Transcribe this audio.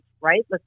right